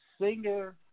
singer